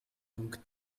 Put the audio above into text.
donc